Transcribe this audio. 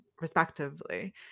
respectively